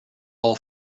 all